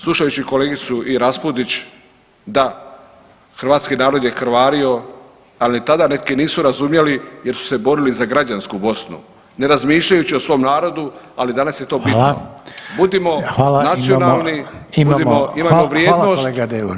Slušajući i kolegicu Raspudić da, hrvatski narod je krvario ali tada neki nisu razumjeli jer su se borili za građansku Bosnu ne razmišljajući o svom narodu, ali danas je to bitno [[Upadica Reiner: Hvala.]] Budimo nacionalni, imajmo vrijednost